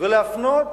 ולהפנות